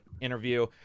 interview